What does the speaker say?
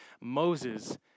Moses